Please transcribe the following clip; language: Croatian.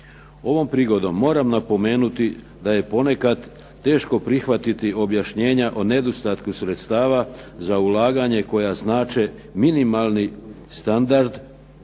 Ovom prigodom moram napomenuti da je ponekad teško prihvatiti objašnjenja o nedostatku sredstava za ulaganje koja znače minimalni standard,